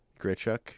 Grichuk